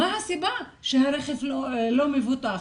מה הסיבה שהרכב לא מבוטח.